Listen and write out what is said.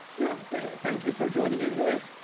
yeah. thanks. thank you for joining me today.